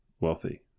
wealthy